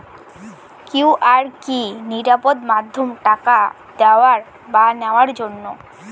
QR কি নিরাপদ মাধ্যম টাকা দেওয়া বা নেওয়ার জন্য?